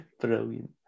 Brilliant